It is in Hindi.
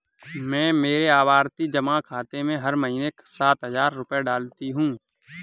मैं मेरे आवर्ती जमा खाते में हर महीने सात हजार रुपए डालती हूँ